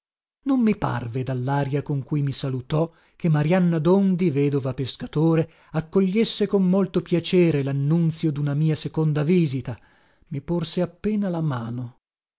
non mi parve dallaria con cui mi salutò che marianna dondi vedova pescatore accogliesse con molto piacere lannunzio duna mia seconda visita mi porse appena la mano